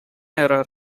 error